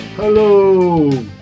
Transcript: Hello